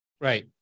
Right